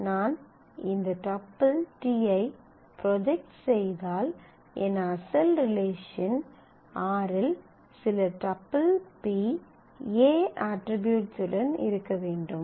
நான் இந்த tuple t ஐ ப்ரொஜெக்ட் செய்தால் என் அசல் ரிலேஷன் r இல் சில டப்பிள் p A அட்ரிபியூட்ஸ் உடன் இருக்க வேண்டும்